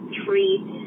treat